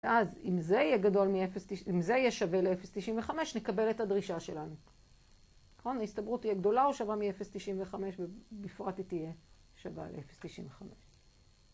ואז אם זה יהיה גדול מ-0, אם זה יהיה שווה ל-0.95, נקבל את הדרישה שלנו. נכון? ההסתברות תהיה גדולה או שווה מ-0.95, ובפרט היא תהיה שווה ל-0.95.